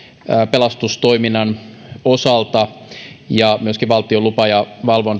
pelastustoiminnan osalta ja myöskin valtion lupa ja